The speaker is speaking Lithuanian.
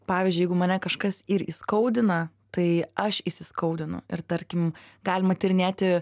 pavyzdžiui jeigu mane kažkas ir įskaudina tai aš įsiskaudinu ir tarkim galima tyrinėti